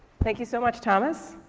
thank you so much thomas.